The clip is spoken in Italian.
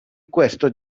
questo